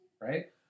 right